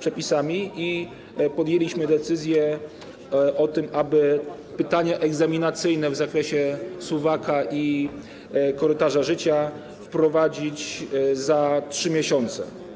przepisami, i podjęliśmy decyzję o tym, aby pytania egzaminacyjne w zakresie suwaka i korytarza życia wprowadzić za 3 miesiące.